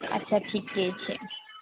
अच्छा ठीके छै